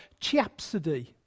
Chapsody